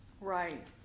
Right